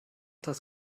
das